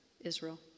Israel